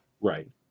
Right